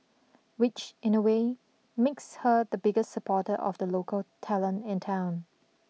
which in a way makes her the biggest supporter of the local talent in town